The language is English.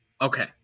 Okay